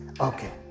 Okay